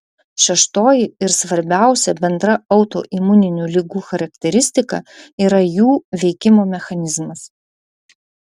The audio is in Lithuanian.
šeštoji ir svarbiausia bendra autoimuninių ligų charakteristika yra jų veikimo mechanizmas